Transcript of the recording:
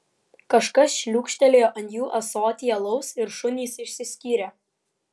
kažkas šliūkštelėjo ant jų ąsotį alaus ir šunys išsiskyrė